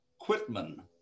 Quitman